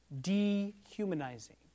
Dehumanizing